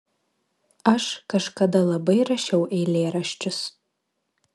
aš kažkada labai rašiau eilėraščius